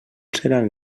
seran